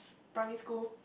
primary school